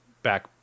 back